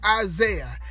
Isaiah